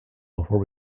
before